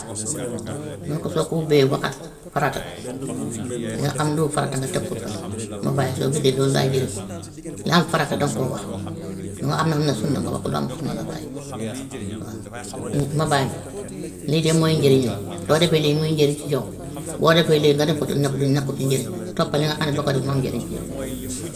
Mu ne ko soo ko ubbee waxaat ko farata bi li nga xam du farata nga teg ko fële, mobile soo gisee loolu lay jëriñ, li am farata danga koo wax lu am nag sunna nga wax ko lu amut sunna nga bàyyi ko waa. Mobile lii de mooy njëriñam soo defee lii muy njëriñ si yow boo deful lii nga def ko te nag du nekkul si njëriñ toppal li nga xam ne boo ko def mu am njëriñ si yow.